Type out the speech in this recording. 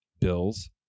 Bills